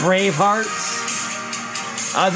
Bravehearts